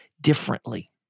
differently